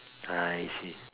I see